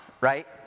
right